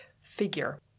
figure